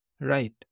Right